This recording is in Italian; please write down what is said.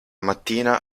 mattina